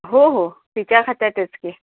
हो हो तिच्या खात्यातच की